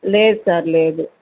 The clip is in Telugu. లేదు సార్ లేదు